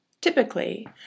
Typically